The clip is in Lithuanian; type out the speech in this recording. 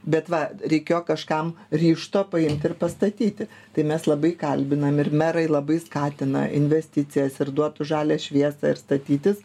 bet va reikėjo kažkam ryžto paimt ir pastatyti tai mes labai kalbinam ir merai labai skatina investicijas ir duotų žalią šviesą ir statytis